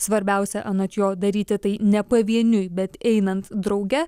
svarbiausia anot jo daryti tai ne pavieniui bet einant drauge